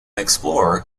explorer